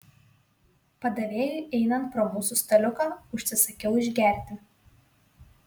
padavėjui einant pro mūsų staliuką užsisakiau išgerti